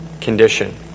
condition